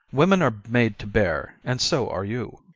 women are made to bear, and so are you.